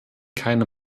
keine